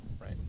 Right